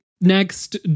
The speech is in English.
next